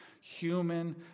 human